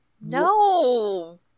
No